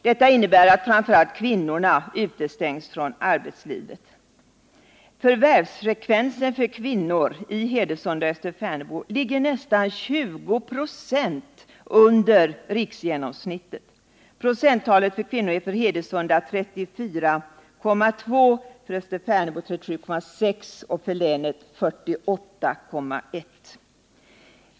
Detta innebär att framför allt kvinnorna utestängs från arbetslivet. Förvärvsfrekvensen för kvinnor i Hedesunda och Österfärnebo ligger nästan 20 26 under riksgenomsnittet. Procenttalet för kvinnor är för Hedesunda 34,2, för Österfärnebo 37,6 och för länet 48,1.